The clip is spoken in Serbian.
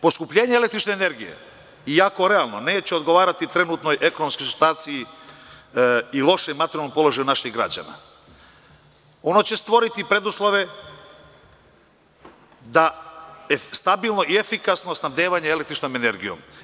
Poskupljenje električne energije, iako realno neće odgovarati trenutnoj ekonomskoj situaciji i lošem materijalnom položaju naših građana, stvoriće preduslove za stabilno i efikasno snabdevanje električnom energijom.